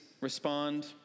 respond